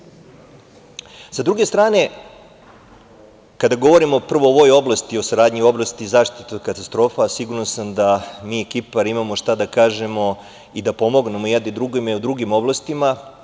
Sa druge strane, kada govorimo prvo o ovoj oblasti o saradnji u oblasti zaštite od katastrofa siguran sam da mi i Kipar imamo šta da kažemo i da pomognemo jedni drugima i u drugim oblastima.